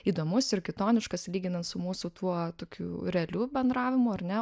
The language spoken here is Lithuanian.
įdomus ir kitoniškas lyginant su mūsų tuo tokiu realiu bendravimu ar ne